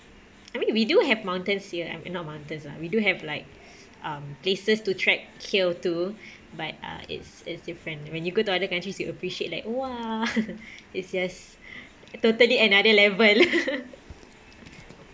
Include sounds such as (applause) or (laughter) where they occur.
I mean we do have mountains here eh not mountains lah we do have like um places to trek here too (breath) but uh it's it's different when you go to other countries you appreciate like !wah! (laughs) it's just totally another level (laughs)